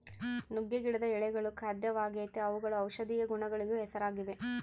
ನುಗ್ಗೆ ಗಿಡದ ಎಳೆಗಳು ಖಾದ್ಯವಾಗೆತೇ ಅವುಗಳು ಔಷದಿಯ ಗುಣಗಳಿಗೂ ಹೆಸರಾಗಿವೆ